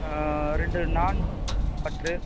ஆ ரெண்டு நாண் பட்ரு